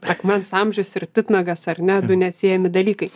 akmens amžius ir titnagas ar ne du neatsiejami dalykai